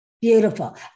Beautiful